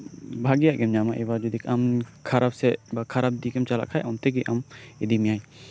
ᱵᱷᱟᱜᱤᱭᱟᱜ ᱜᱤᱢ ᱧᱟᱢᱟ ᱮᱵᱟᱨ ᱡᱚᱫᱤ ᱟᱢ ᱠᱷᱟᱨᱟᱯ ᱥᱮᱫ ᱵᱟ ᱠᱷᱟᱨᱟᱯ ᱫᱤᱠᱮᱢ ᱪᱟᱞᱟᱜ ᱠᱷᱟᱡ ᱚᱱᱛᱮᱜᱤ ᱟᱢ ᱤᱫᱤᱢᱮᱭᱟᱭ